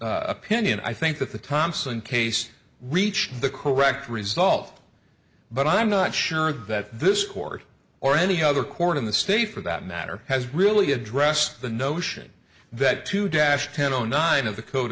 and opinion i think that the thompson case reached the correct result but i'm not sure that this court or any other court in the state for that matter has really addressed the notion that to dash ten zero nine of the code